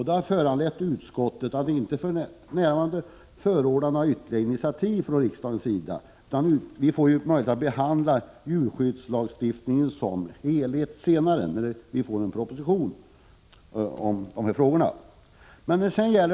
Det har föranlett utskottet att inte förorda några initiativ från riksdagens sida. Vi får ju möjlighet att behandla djurskyddslagstiftningen i dess helhet senare, när propositionen om de här frågorna behandlas.